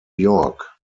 york